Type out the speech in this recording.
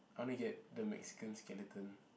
I want to get the Mexican skeleton